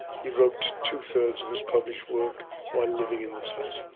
he wrote two-thirds of his published work while living in this house.